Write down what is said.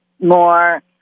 More